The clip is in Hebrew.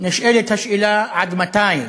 נשאלת השאלה: עד מתי